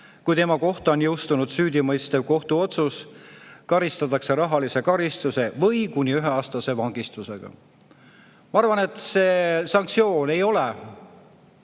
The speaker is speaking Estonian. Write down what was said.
kui tema kohta on jõustunud süüdimõistev kohtuotsus, karistatakse rahalise karistuse või kuni üheaastase vangistusega. Ma arvan, et see sanktsioon ei ole